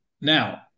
Now